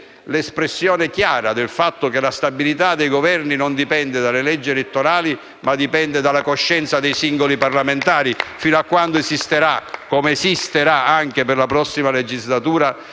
l'espressione chiara che la stabilità dei Governi dipende non dalle leggi elettorali, ma dalla coscienza dei singoli parlamentari fin quando esisterà, come esisterà anche per la prossima legislatura,